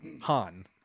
Han